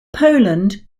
poland